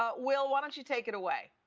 ah will, why don't you take it away.